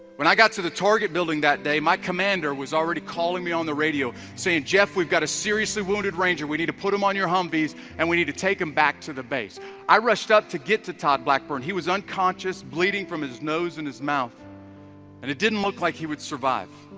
when i got to the target building that, day? my commander was already calling me on the radio saying jeff we've got a seriously, wounded ranger we need? to, put him on your humvees and we need to take him, back to the base i rushed up to get to todd blackburn he was unconscious bleeding from his, nose in his mouth and it didn't look, like he would survive